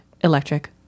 Electric